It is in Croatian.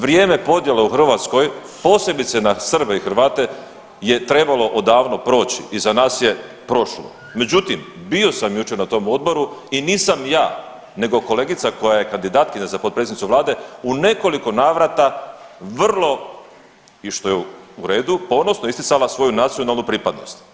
Vrijeme podjele u Hrvatskoj, posebice na Srbe i Hrvate je trebalo odavno proći, iza nas je prošlo, međutim, bio sam jučer na tom odboru i nisam ja nego kolegica koja je kandidatkinja za potpredsjednicu Vlade u nekoliko navrata vrlo i što je u redu, ponosno isticala svoju nacionalnu pripadnost.